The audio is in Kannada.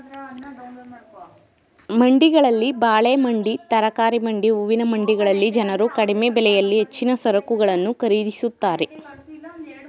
ಮಂಡಿಗಳಲ್ಲಿ ಬಾಳೆ ಮಂಡಿ, ತರಕಾರಿ ಮಂಡಿ, ಹೂವಿನ ಮಂಡಿಗಳಲ್ಲಿ ಜನರು ಕಡಿಮೆ ಬೆಲೆಯಲ್ಲಿ ಹೆಚ್ಚಿನ ಸರಕುಗಳನ್ನು ಖರೀದಿಸುತ್ತಾರೆ